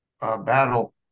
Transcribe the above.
battle